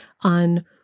on